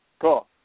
Cool